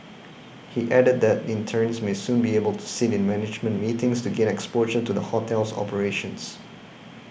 he added that interns may soon be able to sit in management meetings to gain exposure to the hotel's operations